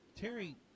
Terry